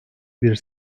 bir